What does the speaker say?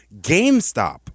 GameStop